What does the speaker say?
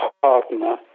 partner